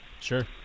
Sure